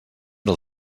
del